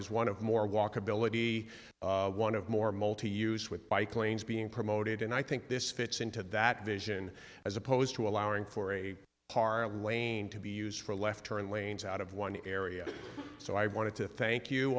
is one of more walkability one of more multi use with bike lanes being promoted and i think this fits into that vision as opposed to allowing for a parlor waned to be used for a left turn lanes out of one area so i wanted to thank you